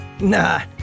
Nah